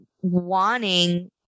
wanting